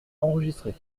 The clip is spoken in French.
enregistrer